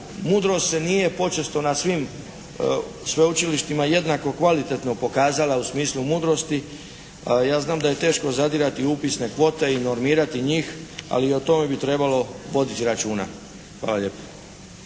mudrost se nije počesto na svim sveučilištima jednako kvalitetno pokazala u smislu mudrosti. Ja znam da je teško zadirati u upisne kvote i normirati njih. Ali o tome bi trebalo voditi računa. Hvala lijepo.